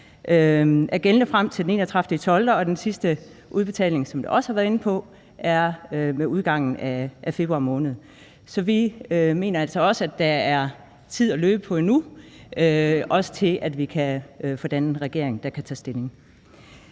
er gældende frem til den 31. december, og at den sidste udbetaling, som man også har været inde på, er med udgangen af februar måned. Så vi mener altså, at der er tid at løbe på endnu – også til, at vi kan få dannet en regering, der kan tage stilling.